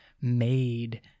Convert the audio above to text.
made